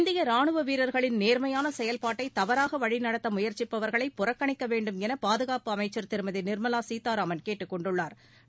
இந்திய ராணுவ வீரர்களின் நேர்மையான செயல்பாட்டை தவறாக வழி நடத்த முயற்சிப்பவர்களை புறக்கணிக்க வேண்டும் என பாதுகாப்பு அமைச்சா் திருமதி நிாமலா கீதாராமன் கேட்டுக்கொண்டுள்ளாா்